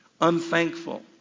unthankful